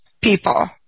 people